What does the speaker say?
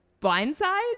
blindside